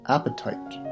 Appetite